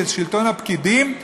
שלטון הפקידים,